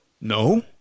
no